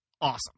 awesome